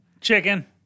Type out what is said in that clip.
chicken